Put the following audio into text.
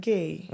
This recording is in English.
Gay